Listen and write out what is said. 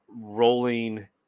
rolling